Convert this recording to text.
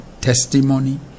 testimony